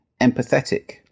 empathetic